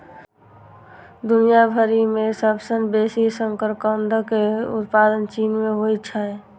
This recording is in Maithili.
दुनिया भरि मे सबसं बेसी शकरकंदक उत्पादन चीन मे होइ छै